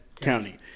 County